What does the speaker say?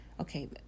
Okay